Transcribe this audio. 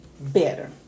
better